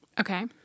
Okay